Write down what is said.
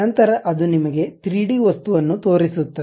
ನಂತರ ಅದು ನಿಮಗೆ 3 ಡಿ ವಸ್ತುವನ್ನು ತೋರಿಸುತ್ತದೆ